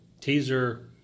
teaser